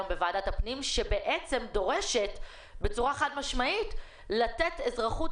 בוועדת הפנים שבעצם דורשת בצורה חד משמעית לתת אזרחות